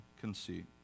conceit